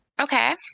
Okay